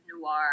noir